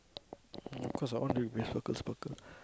cause I want to be sparkle sparkle